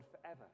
forever